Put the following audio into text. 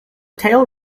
tail